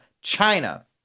China